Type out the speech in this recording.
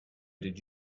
did